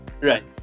Right